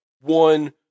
one